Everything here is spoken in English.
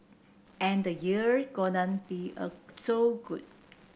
and the year gonna be so good